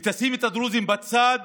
ותשים את הדרוזים בצד